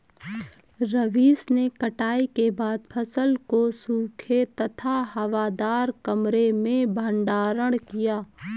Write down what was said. रवीश ने कटाई के बाद फसल को सूखे तथा हवादार कमरे में भंडारण किया